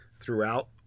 throughout